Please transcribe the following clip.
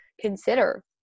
consider